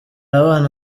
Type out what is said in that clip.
abana